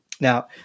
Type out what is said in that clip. Now